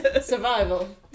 survival